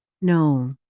no